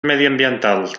mediambientals